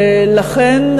לכן,